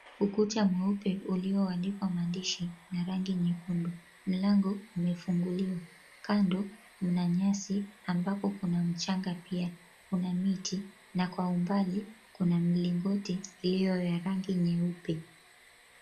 Ukuta mweupe ulioandikwa maandishi ya rangi nyekundu. Mlango umefunguliwa. Kando mna nyasi ambako kuna mchanga pia. Kuna miti, na kwa umbali kuna mlingoti iliyo ya rangi nyeupe.